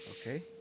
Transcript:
Okay